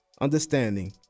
understanding